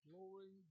Glory